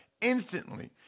instantly